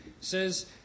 says